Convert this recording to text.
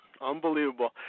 unbelievable